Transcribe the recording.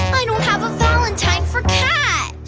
i don't have a valentine for